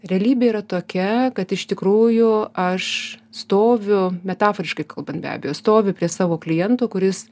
realybė yra tokia kad iš tikrųjų aš stoviu metaforiškai kalbant be abejo stoviu prie savo kliento kuris